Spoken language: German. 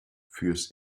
fürs